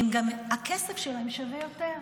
גם הכסף שלהם שווה יותר,